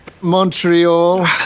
Montreal